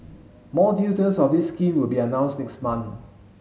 more details of this scheme will be announced next month